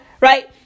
right